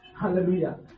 Hallelujah